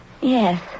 Yes